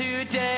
Today